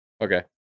Okay